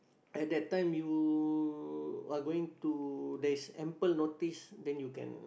at that time you are going to there's ample notice then you can